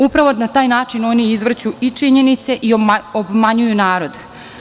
Upravo na taj način oni izvrću i činjenice i obmanjuju narod.